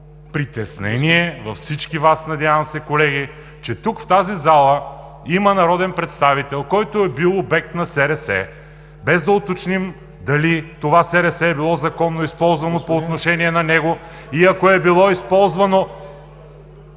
притеснение във всички Вас, надявам се колеги, че тук в тази зала има народен представител, който е бил обект на СРС, без да уточним дали това СРС е било законно използвано по отношение на него и ако е било използвано